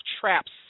traps